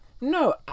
No